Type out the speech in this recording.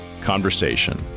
conversation